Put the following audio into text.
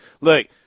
Look